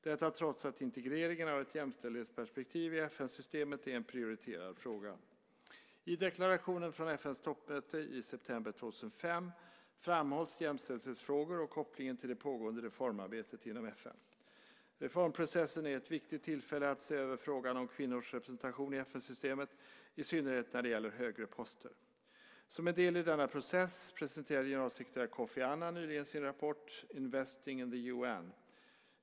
Detta trots att integreringen av ett jämställdhetsperspektiv i FN-systemet är en prioriterad fråga. I deklarationen från FN:s toppmöte i september 2005 framhålls jämställdhetsfrågor och kopplingen till det pågående reformarbetet inom FN. Reformprocessen är ett viktigt tillfälle att se över frågan om kvinnors representation i FN-systemet, i synnerhet när det gäller högre poster. Som en del i denna process presenterade generalsekreterare Kofi Annan nyligen sin rapport Investing in the UN.